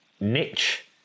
niche